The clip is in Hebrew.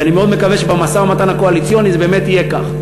כי אני מאוד מקווה שבמשא-ומתן הקואליציוני באמת יהיה כך: